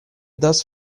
dust